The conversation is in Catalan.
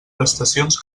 prestacions